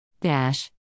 dash